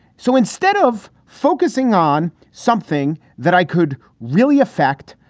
so instead of focusing on something that i could really affect,